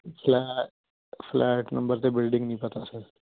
flat flat number ਅਤੇ building ਨਹੀਂ ਪਤਾ ਸਰ